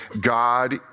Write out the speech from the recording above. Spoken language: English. God